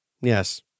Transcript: yes